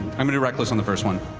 i'm going to reckless on the first one.